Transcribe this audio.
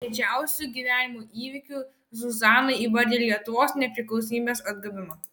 didžiausiu gyvenimo įvykiu zuzana įvardija lietuvos nepriklausomybės atgavimą